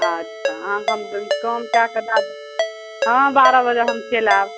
अच्छा अहाँके हम तनी कम कए कऽ दए देब हँ बारह बजे हम चलि आयब